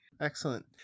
Excellent